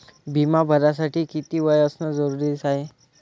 बिमा भरासाठी किती वय असनं जरुरीच हाय?